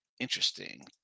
Interesting